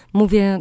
mówię